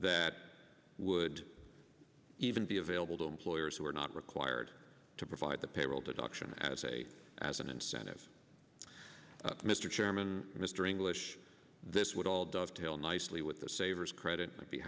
that would even be available to employers who are not required to provide the payroll deduction as a as an incentive mr chairman mr english this would all dog till nicely with the savers credit